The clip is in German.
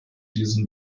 diesen